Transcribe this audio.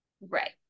right